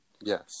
Yes